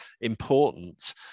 important